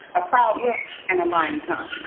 a proud look and a lying tongue.